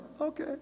okay